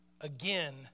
again